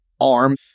arm